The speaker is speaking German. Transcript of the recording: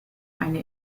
eine